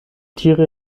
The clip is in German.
tiere